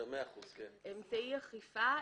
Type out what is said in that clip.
"אמצעי אכיפה"